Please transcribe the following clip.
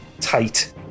tight